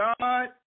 God